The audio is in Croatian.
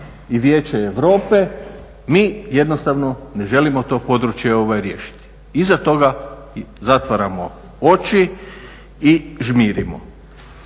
i Vijeće Europe, mi jednostavno ne želimo to područje riješiti. Iza toga zatvaramo oči i žmirimo.